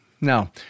Now